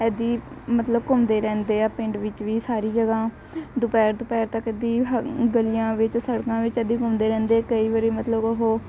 ਐਦੀਂ ਮਤਲਬ ਘੁੰਮਦੇ ਰਹਿੰਦੇ ਆ ਪਿੰਡ ਵਿੱਚ ਵੀ ਸਾਰੀ ਜਗ੍ਹਾ ਦੁਪਹਿਰ ਦੁਪਹਿਰ ਤੱਕ ਦੀ ਹ ਗਲੀਆਂ ਵਿੱਚ ਸੜਕਾਂ ਵਿੱਚ ਐਦੀਂ ਘੁੰਮਦੇ ਰਹਿੰਦੇ ਕਈ ਵਾਰੀ ਮਤਲਬ ਉਹ